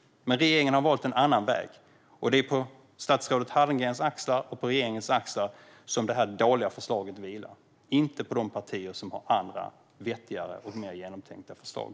Men regeringen har valt en annan väg, och det är på statsrådet Hallengrens och regeringens axlar detta dåliga förslag vilar - inte på de partiers som har andra, vettigare och mer genomtänkta förslag.